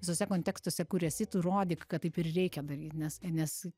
visuose kontekstuose kur esi tu rodyk kad taip ir reikia daryt nes nes